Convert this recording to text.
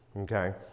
okay